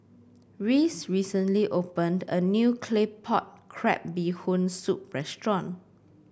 Reese recently opened a new Claypot Crab Bee Hoon Soup restaurant